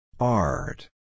Art